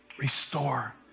Restore